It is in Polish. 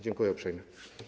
Dziękuję uprzejmie.